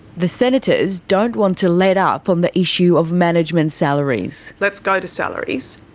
the senators don't want to let up on the issue of management salaries. let's go to salaries.